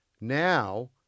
Now